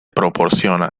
proporciona